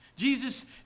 Jesus